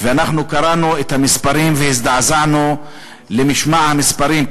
ואנחנו קראנו את המספרים והזדעזענו למשמע המספרים,